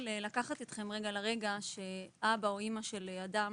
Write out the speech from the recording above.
אני רוצה לקחת אתכם לרגע שבו אבא או אמא של אדם,